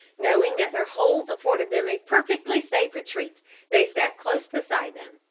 knowing that their holes afforded them a perfectly safe retreat they sat close beside them,